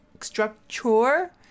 Structure